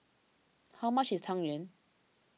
how much is Tang Yuen